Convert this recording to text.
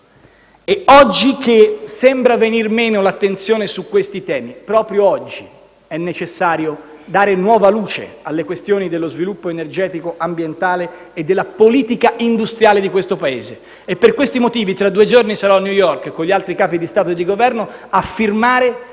e oggi che sembra venir meno l'attenzione su questi temi, proprio oggi è necessario dare nuova luce alle questioni dello sviluppo energetico ambientale e della politica industriale di questo Paese. Per questi motivi tra due giorni sarò a New York, con gli altri Capi di Stato e di Governo, a firmare